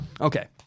Okay